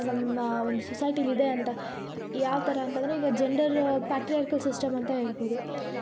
ನಮ್ಮ ಒಂದು ಸೊಸೈಟಿಯಲ್ಲಿ ಇದೆ ಅಂತ ಯಾವ ಥರ ಅಂತಂದರೆ ಈಗ ಜಂಡರ್ ಪ್ಯಾಟ್ರಿಯಾರ್ಕಿಯಲ್ ಸಿಸ್ಟಮ್ ಅಂತ ಹೇಳ್ಬೋದು ಪ್ಯಾಟ್ರಿಯಾರ್ಕಿ ಆಲ್ರೆಡಿ ನಮ್ಮ ಬ್ಲಡ್ಡಲ್ಲೆ ಇದೆ ನಾವು